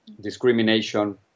discrimination